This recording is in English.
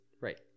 Right